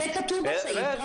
זה כתוב בסעיף.